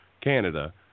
Canada